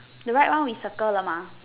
the right one with circle 了 mah